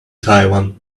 taiwan